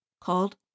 called